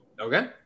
Okay